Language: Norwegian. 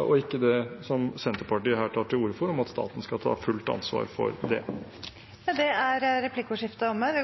og ikke det Senterpartiet her tar til orde for, om at staten skal ta fullt ansvar for det. Replikkordskiftet er omme. De